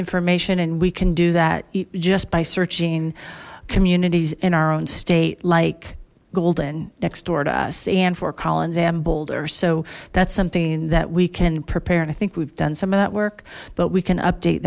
information and we can do that just by searching communities in our own state like golden next door to us and for collins and boulder so that's something that we can prepare and i think we've done some of that work but we can update